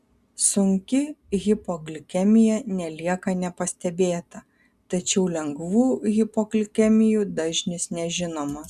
sunki hipoglikemija nelieka nepastebėta tačiau lengvų hipoglikemijų dažnis nežinomas